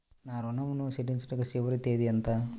నా ఋణం ను చెల్లించుటకు చివరి తేదీ ఎంత?